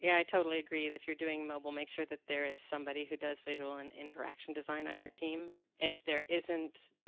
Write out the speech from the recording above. yeah i totally agree that if you're doing mobile make sure that there is somebody who does visual and interaction design on your team. if there isn't,